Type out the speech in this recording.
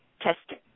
testing